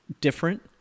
different